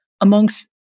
amongst